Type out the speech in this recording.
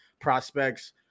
prospects